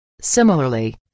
Similarly